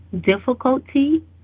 difficulty